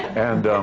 and